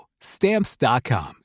Stamps.com